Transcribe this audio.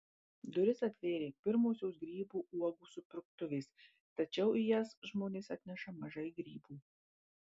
duris atvėrė pirmosios grybų uogų supirktuvės tačiau į jas žmonės atneša mažai grybų